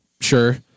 Sure